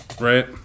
right